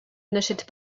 n’achète